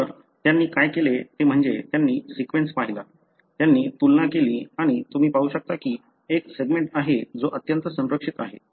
तर त्यांनी काय केले ते म्हणजे त्यांनी सीक्वेन्स पाहिला त्यांनी तुलना केली आणि तुम्ही पाहू शकता की एक सेगमेंट आहे जो अत्यंत संरक्षित आहे